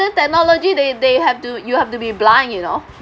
modern technology they they have to you have to be blind you know